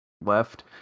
left